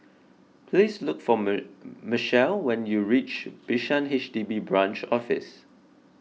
please look for Mechelle when you reach Bishan H D B Branch Office